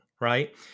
Right